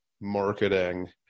marketing